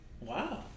Wow